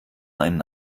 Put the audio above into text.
einen